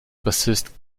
bassist